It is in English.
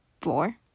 Four